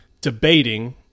debating